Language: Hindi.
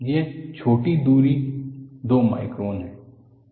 यह छोटी दूरी दो माइक्रोन है